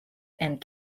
and